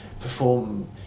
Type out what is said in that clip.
perform